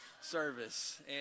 service